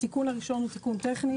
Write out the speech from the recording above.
התיקון הראשון הוא תיקון טכני,